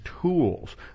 tools